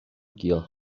گیاه